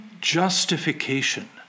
Justification